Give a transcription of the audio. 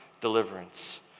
deliverance